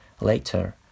later